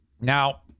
Now